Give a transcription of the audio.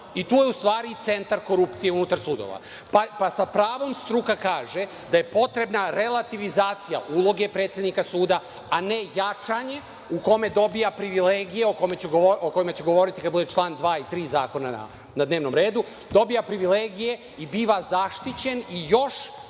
i to je u stvari centar korupcije unutar sudija. Sa pravom struka kaže da je potrebna revitalizacija uloge predsednika suda, a ne jačanje, u kome dobija privilegije o kojima ću govoriti kad bude čl. 2. i 3. zakona na dnevnom redu, dobija privilegije i biva zaštićen i još